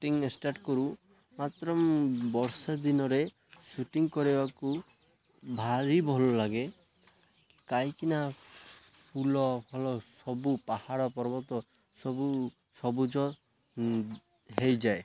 shooting start କରୁ ମାତ୍ର ବର୍ଷା ଦିନରେ ସୁଟିଂ କରିବାକୁ ଭାରି ଭଲଲାଗେ କାହିଁକିନା ଫୁଲ ଫଲ ସବୁ ପାହାଡ଼ ପର୍ବତ ସବୁ ସବୁଜ ହେଇଯାଏ